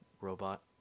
robot